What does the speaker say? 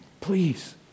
Please